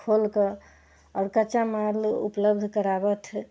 खोलिकऽ आओर कच्चा माल उपलब्ध कराबथि